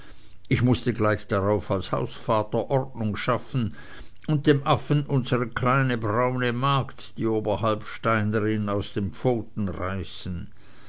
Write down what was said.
ich mußte gleich darauf als hausvater ordnung schaffen und dem affen unsre kleine braune magd die oberhalbsteinerin aus den pfoten reißen